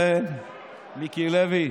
מיקי לוי,